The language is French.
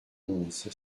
onze